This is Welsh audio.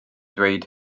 dweud